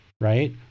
right